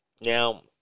Now